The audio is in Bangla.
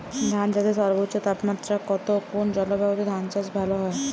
ধান চাষে সর্বোচ্চ তাপমাত্রা কত কোন জলবায়ুতে ধান চাষ ভালো হয়?